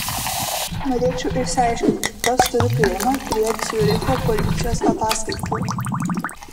norėčiau išsiaiškinti kas turi priėjimą prie ciuricho policijos ataskaitų